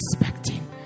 expecting